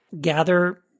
gather